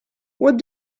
what